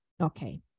Okay